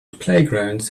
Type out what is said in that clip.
playgrounds